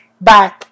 Bye